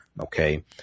Okay